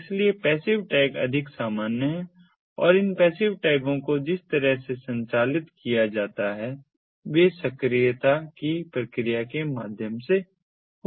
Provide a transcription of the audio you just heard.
इसलिए passive tag अधिक सामान्य हैं और इन पैसिव टैगों को जिस तरह से संचालित किया जाता है वे सक्रियता की प्रक्रिया के माध्यम से होते हैं